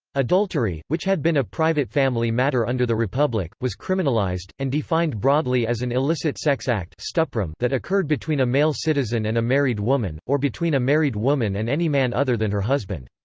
adultery, which had been a private family matter under the republic, was criminalized, and defined broadly as an illicit sex act um that occurred between a male citizen and a married woman, or between a married woman and any man other than her husband.